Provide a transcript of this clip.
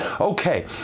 Okay